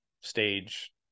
stage